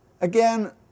Again